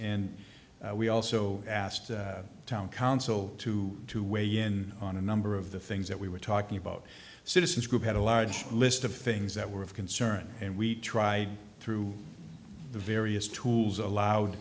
and we also asked the town council to to weigh in on a number of the things that we were talking about citizens group had a large list of things that were of concern and we tried through the various tools allowed